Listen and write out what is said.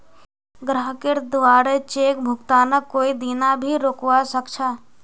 ग्राहकेर द्वारे चेक भुगतानक कोई दीना भी रोकवा सख छ